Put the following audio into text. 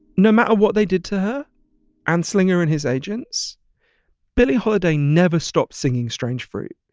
no matter what they did to her anslinger and his agents billie holiday never stopped singing strange fruit.